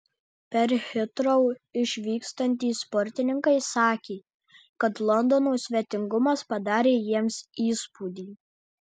per hitrou išvykstantys sportininkai sakė kad londono svetingumas padarė jiems įspūdį